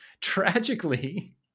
tragically